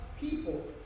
people